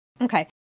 Okay